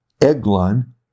Eglon